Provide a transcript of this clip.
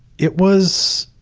it was,